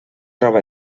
roba